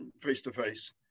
face-to-face